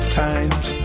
times